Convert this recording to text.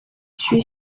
she